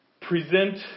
present